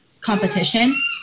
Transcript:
competition